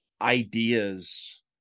ideas